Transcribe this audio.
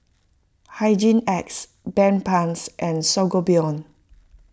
Hygin X Bedpans and Sangobion